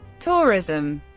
tourism